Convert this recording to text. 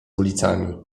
ulicami